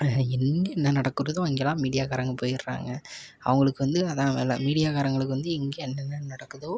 எங்கே என்ன நடக்கிறதோ அங்கெலாம் மீடியாக்காரவங்க போயிடுறாங்க அவங்களுக்கு வந்து அதுதான் வேலை மீடியாக்காரவங்களுக்கு வந்து எங்கே என்னென்ன நடக்குதோ